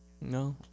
No